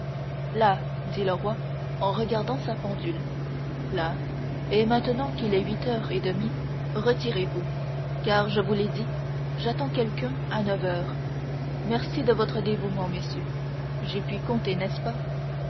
là dit le roi en regardant sa pendule là et maintenant qu'il est huit heures et demie retirez-vous car je vous l'ai dit j'attends quelqu'un à neuf heures merci de votre dévouement messieurs j'y puis compter n'est-ce pas